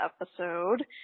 episode